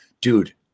dude